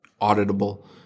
auditable